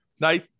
Nice